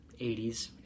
80s